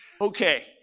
Okay